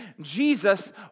Jesus